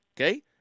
okay